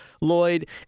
Lloyd